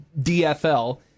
DFL